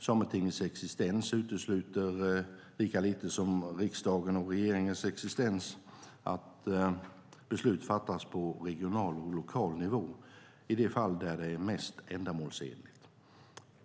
Sametingets existens utesluter lika lite som riksdagens och regeringens existens att beslut fattas på regional och lokal nivå i de fall där det är mest ändamålsenligt.